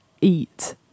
eat